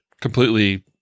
completely